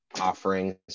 offerings